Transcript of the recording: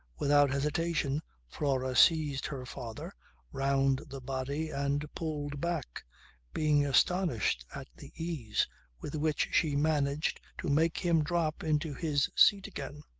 without hesitation flora seized her father round the body and pulled back being astonished at the ease with which she managed to make him drop into his seat again.